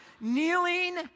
Kneeling